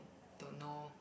don't know